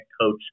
coach